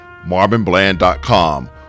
marvinbland.com